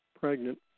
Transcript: pregnant